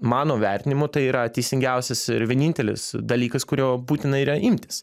mano vertinimu tai yra teisingiausias ir vienintelis dalykas kurio būtina yra imtis